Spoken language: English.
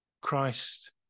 Christ